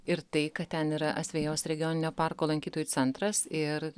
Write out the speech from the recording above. ir tai kad ten yra asvejos regioninio parko lankytojų centras ir